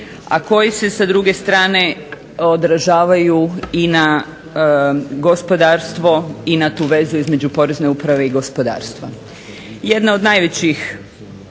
a koji se sa druge strane odražavaju i na gospodarstvo i na tu vezu između Porezne uprave i gospodarstva. Jedna od najvećih